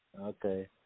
Okay